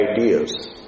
ideas